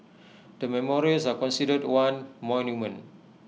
the memorials are considered one monument